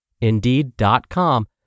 Indeed.com